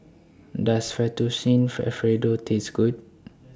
Does Fettuccine Alfredo Taste Good